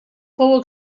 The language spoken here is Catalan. fou